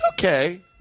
okay